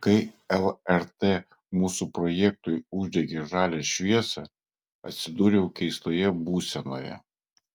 kai lrt mūsų projektui uždegė žalią šviesą atsidūriau keistoje būsenoje